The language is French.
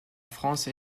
france